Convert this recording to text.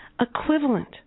Equivalent